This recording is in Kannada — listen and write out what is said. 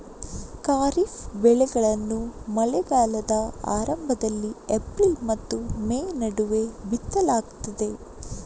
ಖಾರಿಫ್ ಬೆಳೆಗಳನ್ನು ಮಳೆಗಾಲದ ಆರಂಭದಲ್ಲಿ ಏಪ್ರಿಲ್ ಮತ್ತು ಮೇ ನಡುವೆ ಬಿತ್ತಲಾಗ್ತದೆ